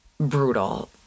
brutal